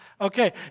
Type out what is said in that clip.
Okay